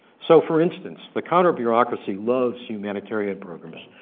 so for instance, the counter-bureaucracy loves humanitarian programs,